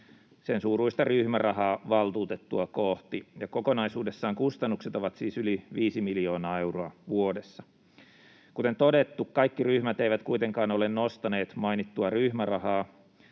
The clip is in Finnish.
euron suuruista ryhmärahaa valtuutettua kohti. Kokonaisuudessaan kustannukset ovat siis yli 5 miljoonaa euroa vuodessa. Kuten todettu, kaikki ryhmät eivät kuitenkaan ole nostaneet mainittua ryhmärahaa,